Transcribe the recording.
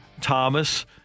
Thomas